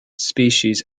species